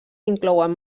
inclouen